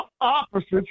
opposites